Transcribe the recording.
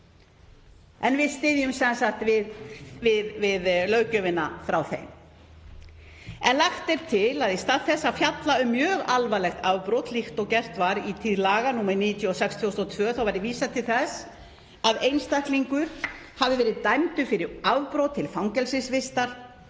Við styðjum sem sagt við löggjöfina frá þeim. — „Lagt er til að í stað þess að fjalla um mjög alvarlegt afbrot, líkt og gert var í tíð laga nr. 96/2002, verði vísað til þess að einstaklingur hafi verið dæmdur, fyrir afbrot, til fangelsisvistar.“